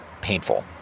painful